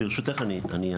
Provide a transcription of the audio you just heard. ברשותך, אני אענה.